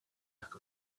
lack